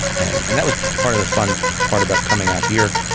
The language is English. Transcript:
and and that was part of the fun part about coming out here,